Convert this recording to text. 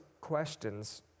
questions